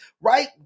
right